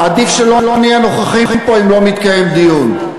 עדיף שלא נהיה נוכחים פה אם לא מתקיים דיון.